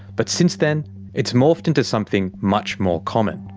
but since then it's morphed into something much more common.